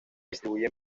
distribuye